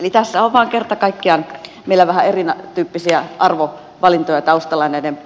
eli tässä on vain kerta kaikkiaan meillä vähän erityyppisiä arvovalintoja näiden